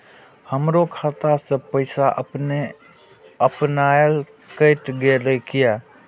हमरो खाता से पैसा अपने अपनायल केट गेल किया?